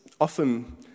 often